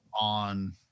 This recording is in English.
on